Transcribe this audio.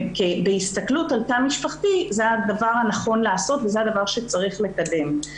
בהסתכלות על תא משפחתי זה הדבר הנכון לעשות וזה הדבר שצריך לקדם.